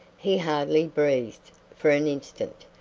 he hardly breathed for an instant,